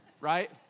Right